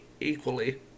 equally